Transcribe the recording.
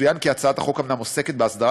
יצוין כי הצעת החוק אומנם עוסקת בהסדרת